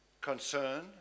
concern